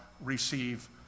receive